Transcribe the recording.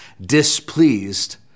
displeased